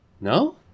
No